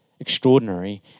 extraordinary